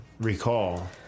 recall